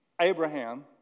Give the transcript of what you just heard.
Abraham